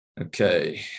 Okay